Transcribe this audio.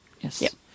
Yes